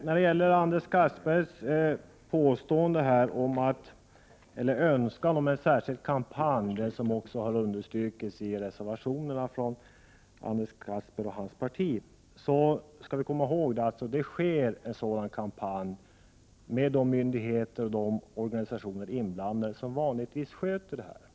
När det gäller Anders Castbergers önskan om en särskild kampanj — det önskemålet har också framförts i reservationerna från Anders Castberger och hans parti — skall vi komma ihåg att det görs en sådan kampanj, med de myndigheter och de organisationer inblandade som vanligtvis sköter det här. — Prot.